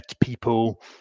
people